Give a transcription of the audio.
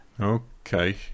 Okay